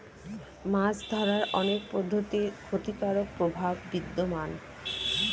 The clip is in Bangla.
মাছ ধরার অনেক পদ্ধতির ক্ষতিকারক প্রভাব বিদ্যমান